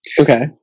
Okay